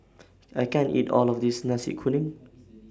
I can't eat All of This Nasi Kuning